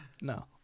No